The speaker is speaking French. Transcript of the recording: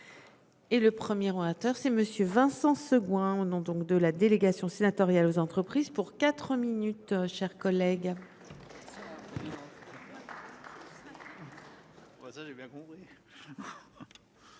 Et le premier orateur c'est monsieur Vincent Segouin ou non donc de la délégation sénatoriale aux entreprises pour 4 minutes, chers collègues.